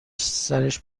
سرش